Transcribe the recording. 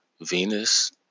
Venus